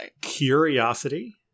Curiosity